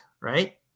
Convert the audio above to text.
right